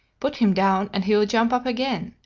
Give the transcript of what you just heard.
put him down and he will jump up again,